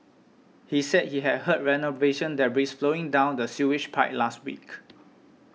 he said he had heard renovation that debris flowing down the sewage pipe last week